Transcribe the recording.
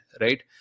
right